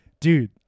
Dude